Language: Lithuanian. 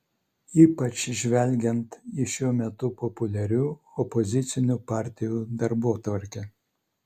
ypač žvelgiant į šiuo metu populiarių opozicinių partijų darbotvarkę